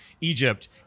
Egypt